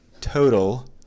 total